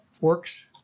works